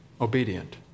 obedient